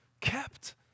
kept